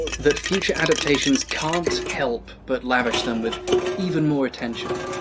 that future adaptations can't help but lavish them with even more attention.